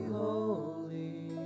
holy